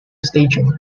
stadium